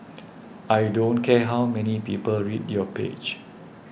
I don't care how many people read your page